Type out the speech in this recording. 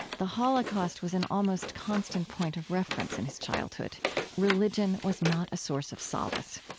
the holocaust was an almost constant point of reference in his childhood religion was not a source of solace.